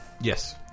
Yes